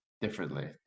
differently